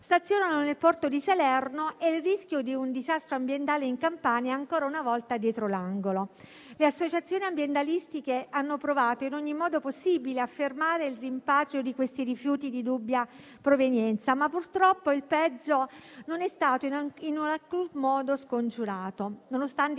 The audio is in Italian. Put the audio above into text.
stazionano nel porto di Salerno e il rischio di un disastro ambientale in Campania è ancora una volta dietro l'angolo. Le associazioni ambientaliste hanno provato in ogni modo possibile a fermare il rimpatrio di questi rifiuti di dubbia provenienza, ma purtroppo il peggio non è stato in alcun modo scongiurato, nonostante i